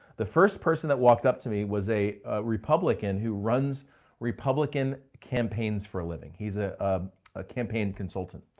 the first person that walked up to me was a republican who runs republican campaigns for a living. he's ah ah a campaign consultant.